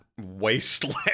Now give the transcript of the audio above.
wasteland